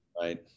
Right